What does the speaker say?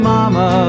Mama